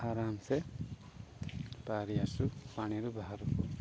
ଆରାମ୍ସେ ବାହାରି ଆସୁ ପାଣିରୁ ବାହାରକୁ